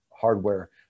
hardware